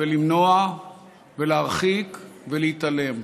ולמנוע ולהרחיק ולהתעלם.